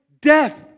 death